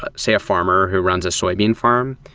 ah say, a farmer who runs a soybean farm.